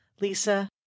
Lisa